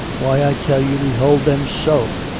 why, i tell you, we hold them so.